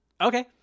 Okay